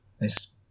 nice